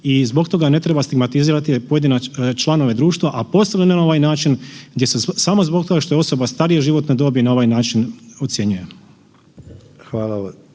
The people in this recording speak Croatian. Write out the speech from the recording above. i zbog toga ne treba stigmatizirati pojedine članove društva, a posebno ne na ovaj način samo zbog toga što je osoba starije životne dobi na ovaj način ocjenjuje.